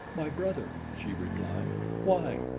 my brother, she replied. why?